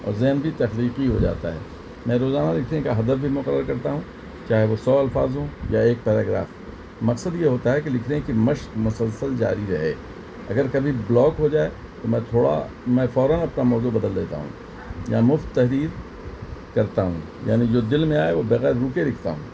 اور ذہن بھی تخلیقی ہو جاتا ہے میں روزانہ لکھنے کا حدف بھی مقرر کرتا ہوں چاہے وہ سو الفاظ ہوں یا ایک پیراگراف مقصد یہ ہوتا ہے کہ لکھنے کی مشق مسلسل جاری رہے اگر کبھی بلاک ہو جائے تو میں تھوڑا میں فوراً اپنا موضوع بدل دیتا ہوں یا مفت تحریر کرتا ہوں یعنی جو دل میں آئے وہ بغیر رکے لکھتا ہوں